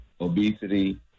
obesity